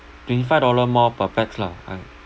twenty five dollar more per pax lah right